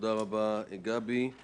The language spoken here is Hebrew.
אני מזדהה עם כל מה שנאמר פה.